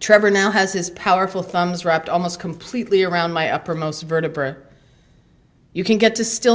trevor now has his powerful thumbs wrapped almost completely around my upper most vertebra you can get to still